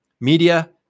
media